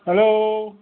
hello